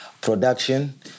production